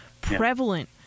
prevalent